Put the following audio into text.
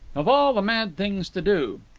of all the mad things to do!